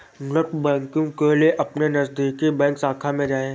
net banking के लिए अपने नजदीकी बैंक शाखा में जाए